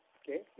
okay